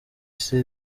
isi